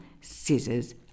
scissors